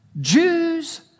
Jews